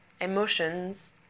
emotions